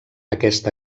aquesta